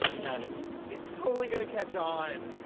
no, it isn't. it's totally gonna catch on.